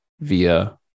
via